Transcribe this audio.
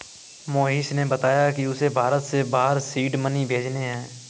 मोहिश ने बताया कि उसे भारत से बाहर सीड मनी भेजने हैं